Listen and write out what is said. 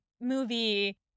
movie